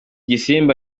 gisimba